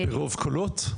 ברוב קולות?